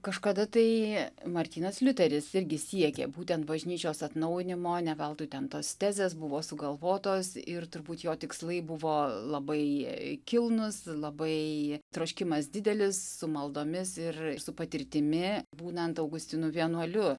kažkada tai martynas liuteris irgi siekė būtent bažnyčios atnaujinimo ne veltui ten tos tezės buvo sugalvotos ir turbūt jo tikslai buvo labai kilnūs labai troškimas didelis su maldomis ir su patirtimi būnant augustinų vienuoliu